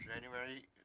january